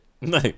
No